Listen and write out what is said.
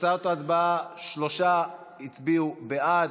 תוצאות ההצבעה: שלושה הצביעו בעד,